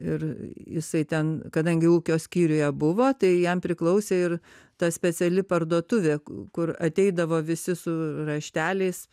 ir jisai ten kadangi ūkio skyriuje buvo tai jam priklausė ir ta speciali parduotuvė kur ateidavo visi su rašteliais